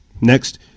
Next